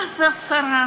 מה זה 10%?